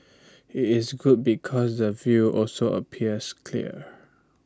it's good because the view also appears clear